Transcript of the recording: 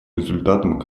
результатам